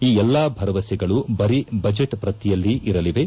ಈ ಎಲ್ಲಾ ಭರವಸೆಗಳು ಬರೀ ಬಜೆಟ್ ಪ್ರತಿಯಲ್ಲಿ ಇರಲಿವೆ